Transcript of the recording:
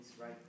right